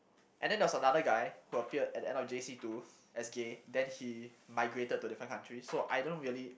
and then there was another guy who appeared at the end of J_C two as gay then he migrated to different country so I don't really